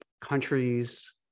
countries